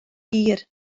hir